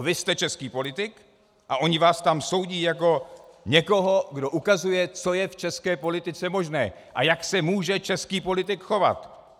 Vy jste český politik a oni vás tam soudí jako někoho, kdo ukazuje, co je v české politice možné a jak se může český politik chovat.